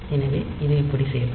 எனவே இது இப்படி செய்யப்படும்